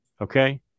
Okay